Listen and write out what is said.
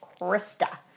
Krista